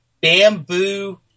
bamboo